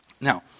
Now